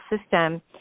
system